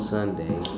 Sunday